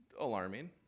alarming